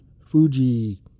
Fuji